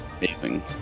amazing